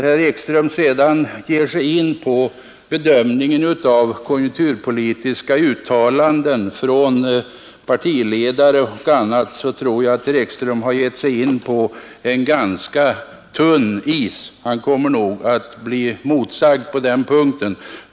När herr Ekström sedan ger sig in på bedömningen av konjunkturpolitiska uttalanden från partiledare och andra, tror jag att herr Ekström har gett sig ut på ganska tunn is. Han kommer nog att bli motsagd på den punkten.